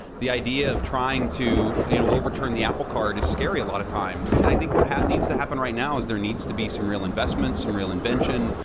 the idea of trying to you know, overturn the apple cart is scary a lot of times, and i think what needs to happen right now is there needs to be some real investments, some real invention,